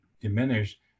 diminish